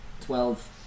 Twelve